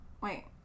Wait